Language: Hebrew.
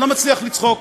אני לא מצליח לצחוק,